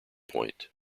point